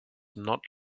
not